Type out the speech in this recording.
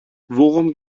worum